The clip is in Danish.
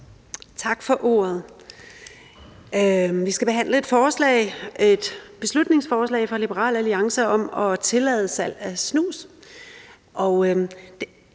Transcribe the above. Tak for ordet. Vi skal behandle et beslutningsforslag fra Liberal Alliance om at tillade salg af snus,